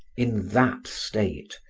in that state,